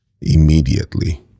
immediately